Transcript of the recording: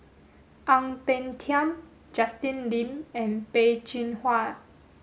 Ang Peng Tiam Justin Lean and Peh Chin Hua